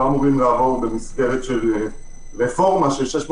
לא אמורים לעבור במסגרת של רפורמה ש-600